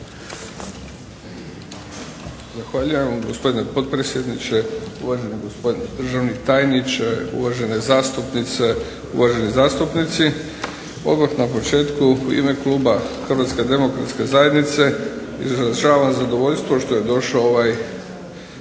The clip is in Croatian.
Zahvaljujem, gospodine potpredsjedniče. Uvaženi gospodine državni tajniče, uvažene zastupnice, uvaženi zastupnici. Odmah na početku u ime kluba Hrvatske demokratske zajednice izražavam zadovoljstvo što su došle ove